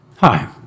Hi